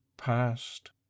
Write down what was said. Past